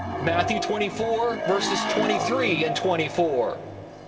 matthew twenty four, verses twenty three and twenty four,